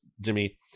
Jimmy